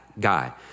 guy